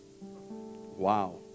Wow